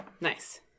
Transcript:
Nice